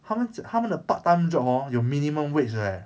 他们他们的 part time job hor 有 minimum wage 的 leh